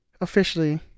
officially